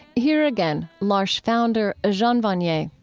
here again, l'arche founder, jean vanier